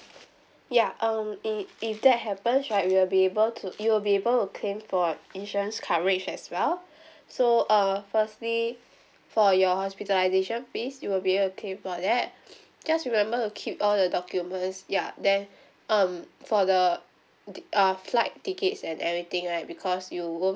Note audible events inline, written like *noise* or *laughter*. ya um if if that happens right we will be able to you will be able to claim for insurance coverage as well so uh firstly for your hospitalisation fees you will be able to claim for that *breath* just remember to keep all the documents ya then um for the de~ uh flight tickets and everything right because you won't